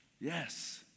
Yes